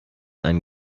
ein